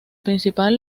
principal